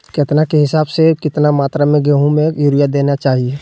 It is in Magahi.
केतना के हिसाब से, कितना मात्रा में गेहूं में यूरिया देना चाही?